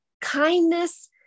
kindness